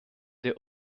der